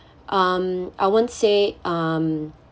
um I won't say um